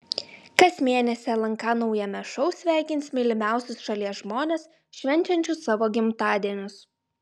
kas mėnesį lnk naujame šou sveikins mylimiausius šalies žmones švenčiančius savo gimtadienius